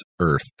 earth